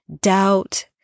doubt